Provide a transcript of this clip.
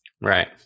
Right